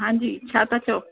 हांजी छा था चओ